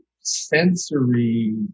sensory